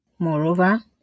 Moreover